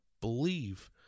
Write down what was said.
believe